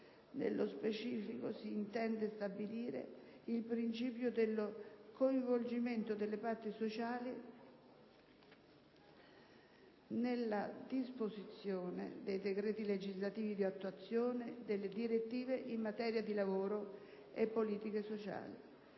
nello specifico, si intende stabilire il principio del coinvolgimento delle parti sociali nella predisposizione dei decreti legislativi di attuazione delle direttive in materia di lavoro e politiche sociali.